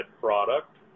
product